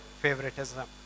favoritism